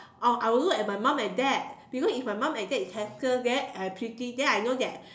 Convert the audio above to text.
or I would look at my mum and dad because if my mum and dad is handsome then uh pretty then I know that